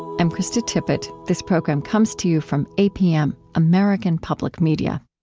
i'm krista tippett. this program comes to you from apm, american public media